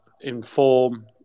inform